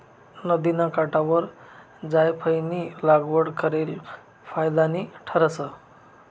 नदिना काठवर जायफयनी लागवड करेल फायदानी ठरस